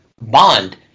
Bond